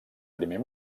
primer